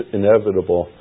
inevitable